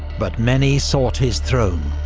but many sought his throne.